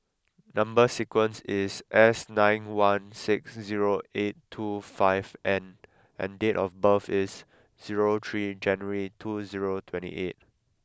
number sequence is S nine one six zero eight two five N and date of birth is zero three January two zero twenty eight